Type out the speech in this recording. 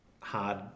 hard